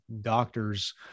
doctor's